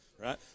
right